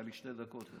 היו לי שתי דקות.